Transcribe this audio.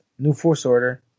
newforceorder